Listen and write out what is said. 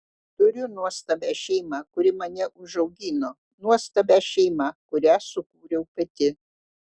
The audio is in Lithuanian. turiu nuostabią šeimą kuri mane užaugino nuostabią šeimą kurią sukūriau pati